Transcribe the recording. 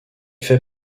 fait